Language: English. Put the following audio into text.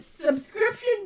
Subscription